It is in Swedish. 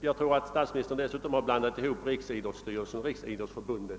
Jag tror vidare att statsministern blandat ihop riksidrottsstyrelsen och Riksidrottsförbundet.